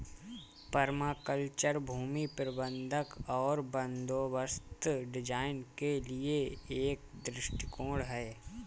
permaculture भूमि प्रबंधन और बंदोबस्त डिजाइन के लिए एक दृष्टिकोण है